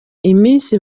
iminsi